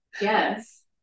Yes